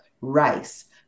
rice